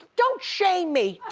don't shame me,